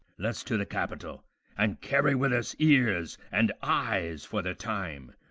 let's to the capitol and carry with us ears and eyes for the time,